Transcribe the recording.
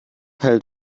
hält